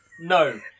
no